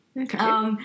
Okay